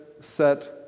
set